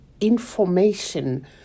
information